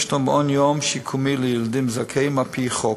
מעון-יום שיקומי לילדים זכאים על-פי חוק.